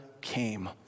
came